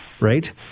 right